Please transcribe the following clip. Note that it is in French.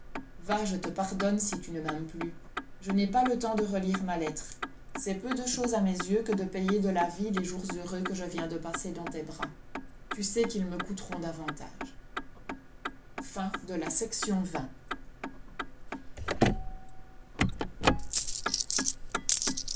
va je te pardonne si tu ne m'aimes plus je n'ai pas le temps de relire ma lettre c'est peu de chose à mes yeux que de payer de la vie les jours heureux que je viens de passer dans tes bras tu sais qu'ils me coûteront davantage chapitre xxi